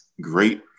great